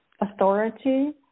authority